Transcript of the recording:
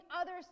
others